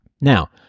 Now